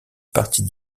partie